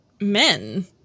men